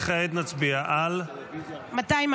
כעת נצביע על --- 240.